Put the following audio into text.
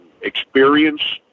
experience